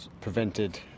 prevented